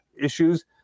issues